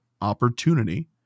opportunity